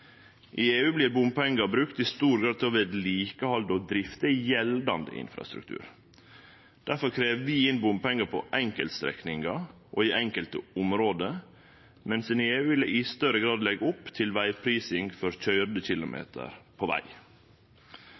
I EU vert bompengar i stor grad brukte til å vedlikehalde og drifte gjeldande infrastruktur. Derfor krev vi inn bompengar på enkeltstrekningar og i enkelte område, mens ein i EU i større grad legg opp til vegprising for køyrde kilometer på veg.